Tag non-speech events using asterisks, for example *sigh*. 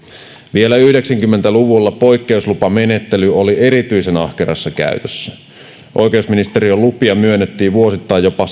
vielä yhdeksänkymmentä luvulla poikkeuslupamenettely oli erityisen ahkerassa käytössä oikeusministeriön lupia myönnettiin vuosittain jopa *unintelligible*